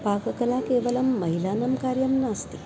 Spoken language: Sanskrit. पाककला केवलं महिलानां कार्यं नास्ति